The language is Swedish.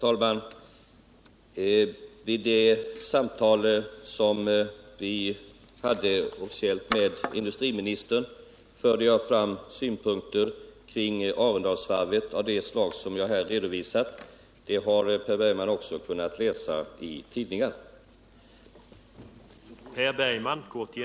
Herr talman! Vid våra officiella samtal med industriministern förde jag beträffande Arendalsvarvet fram synpunkter av samma slag som jag här redovisade. Det har Per Bergman kunnat läsa om i tidningarna.